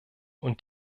und